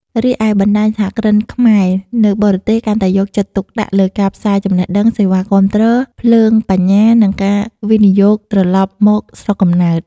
រីឯបណ្តាញសហគ្រិនខ្មែរនៅបរទេសកាន់តែយកចិត្តទុកដាក់លើការផ្សាយចំណេះដឹង សេវាគាំទ្រ ភ្លើងបញ្ញានិងការវិនិយោគត្រឡប់មកស្រុកកំណើត។